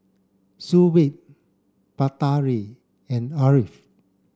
Shuib Batari and Ashraff